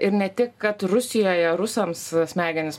ir ne tik kad rusijoje rusams smegenis